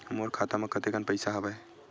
मोर खाता म कतेकन पईसा हवय?